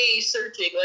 searching